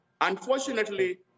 Unfortunately